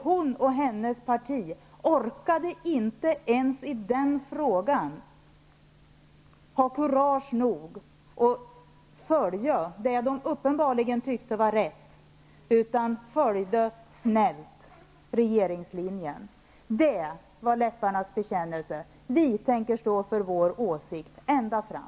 Hon och hennes parti orkade inte ens i den frågan ha kurage nog att följa det de uppenbarligen tyckte var rätt, utan de följde snällt regeringslinjen. Det var läpparnas bekännelse. Vi tänker stå för vår åsikt ända fram.